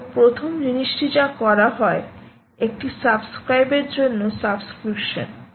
তো প্রথম জিনিসটি যা করা হয় একটি সাবস্ক্রাইব এর জন্য সাবস্ক্রিপশন